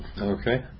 Okay